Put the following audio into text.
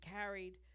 carried